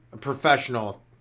professional